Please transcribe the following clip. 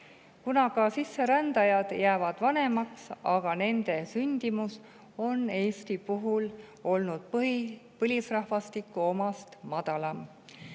kuna ka sisserändajad jäävad vanemaks, aga nende sündimus on Eestis põlisrahvastiku omast madalam.